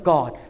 God